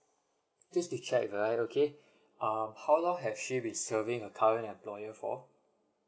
just to check right okay uh how long has she been serving her current employer for